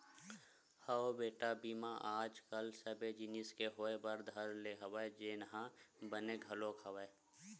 हव बेटा बीमा आज कल सबे जिनिस के होय बर धर ले हवय जेनहा बने घलोक हवय